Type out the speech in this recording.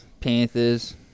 Panthers